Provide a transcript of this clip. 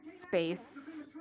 space